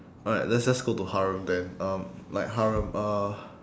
alright let's just go to harem then um like harem uh